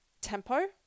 tempo